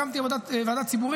הקמתי ועדה ציבורית,